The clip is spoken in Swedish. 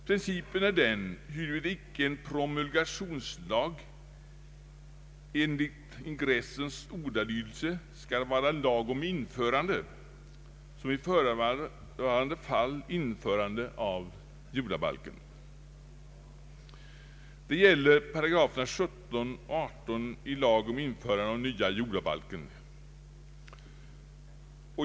Principfrågan gäller huruvida icke en promulgationslag enligt ingressens ordalydelse skall vara en lag om införande som i förevarande fall införande av jordabalken. Det gäller paragraferna 17 och 18 i lag om införande av nya jordabalken.